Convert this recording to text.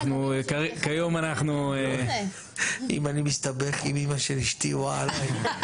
אם אני מסתבך עם אמא של אשתי וואי עליי.